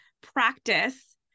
practice